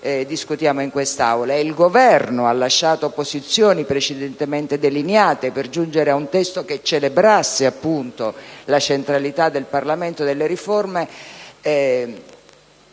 il Governo ha lasciato posizioni precedentemente delineate appunto per giungere ad un testo che celebrasse la centralità del Parlamento nell'ambito